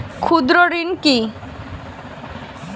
ক্ষুদ্র ঋণ কি?